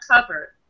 covered